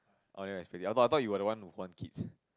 I will never expect this I thought I thought you were the one who want kids